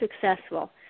successful